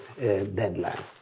deadline